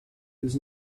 with